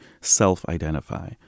self-identify